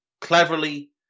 cleverly